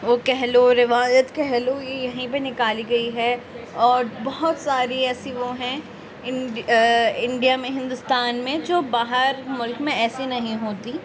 وہ کہہ لو روایت کہہ لو یہ یہیں پہ نکالی گئی ہے اور بہت ساری ایسی وہ ہیں اِن انڈیا میں ہندوستان میں جو باہر ملک میں ایسی نہیں ہوتی